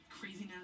craziness